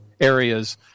areas